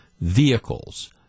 vehicles